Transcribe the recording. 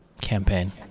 campaign